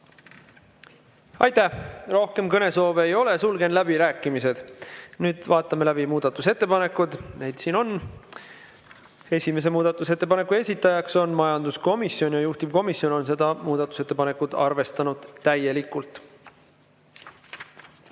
Aitäh! Rohkem kõnesoove ei ole, sulgen läbirääkimised. Nüüd vaatame läbi muudatusettepanekud, neid siin on. Esimese muudatusettepaneku esitaja on majanduskomisjon ja juhtivkomisjon on seda muudatusettepanekut arvestanud täielikult. Teise